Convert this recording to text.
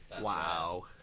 Wow